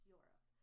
Europe